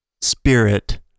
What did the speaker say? spirit